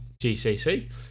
GCC